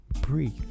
Breathe